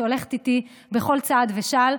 שהולכת איתי בכל צעד ושעל,